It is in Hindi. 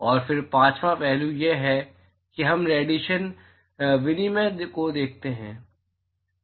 और फिर पांचवां पहलू यह है कि हम रेडिएशन विनिमय को देखते हैं